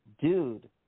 dude